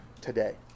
today